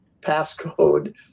passcode